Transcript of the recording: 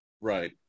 Right